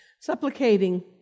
Supplicating